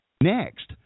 Next